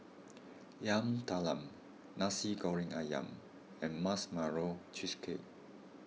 Yam Talam Nasi Goreng Ayam and Marshmallow Cheesecake